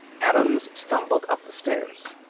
adams stumbled up the stairs.